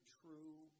true